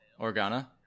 Organa